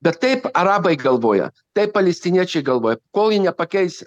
bet taip arabai galvoja taip palestiniečiai galvoja kol jie nepakeis